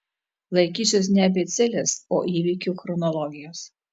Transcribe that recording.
laikysiuosi ne abėcėlės o įvykių chronologijos